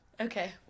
Okay